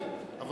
הממשלה.